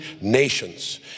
nations